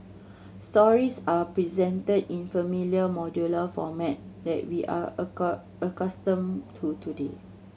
stories are presented in familiar modular format that we are accustomed to today